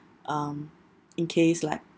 um in case like